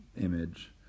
image